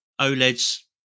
OLED's